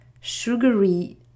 sugary